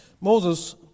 Moses